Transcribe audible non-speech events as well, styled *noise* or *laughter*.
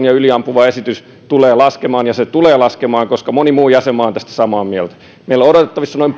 *unintelligible* ja yliampuva esitys tulee laskemaan ja se tulee laskemaan koska moni muu jäsenmaa on tästä samaa mieltä meillä on odotettavissa noin *unintelligible*